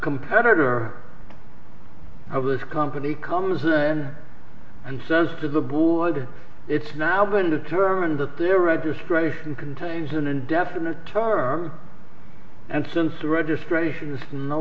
competitor of this company comes in and says to the board it's now been determined that their registration contains an indefinite term and since the registration is no